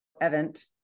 Event